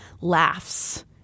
laughs